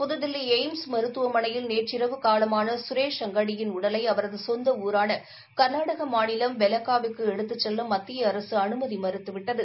புதுதில்லி AIIMS மருத்துவமனையில் நேற்றிரவு காலமான சுரேஷ் அங்காடியின் உடலை அவரது சொந்த ஊரான கர்நாடக மாநிலம் பெலகாவி க்கு எடுத்துச் செல்ல மத்திய அரசு அனுமதி மறுத்துவிட்டது